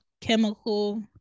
chemical